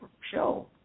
show